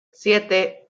siete